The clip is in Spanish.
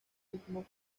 ritmo